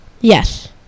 Yes